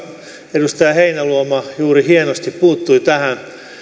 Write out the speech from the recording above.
edustaja heinäluoma juuri hienosti puuttui tähän